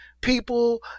people